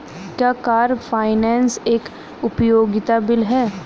क्या car finance एक उपयोगिता बिल है?